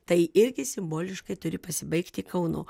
tai irgi simboliškai turi pasibaigti kaunu